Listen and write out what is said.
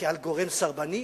כעל גורם סרבני,